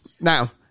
Now